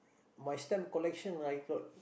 my stamp collection I got